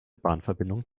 bahnverbindung